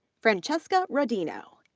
francesca rodino,